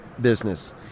business